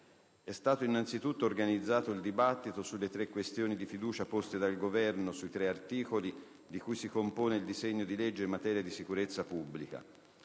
È stato innanzitutto organizzato il dibattito sulle tre questioni di fiducia poste dal Governo sui tre articoli di cui si compone il disegno di legge in materia di sicurezza pubblica.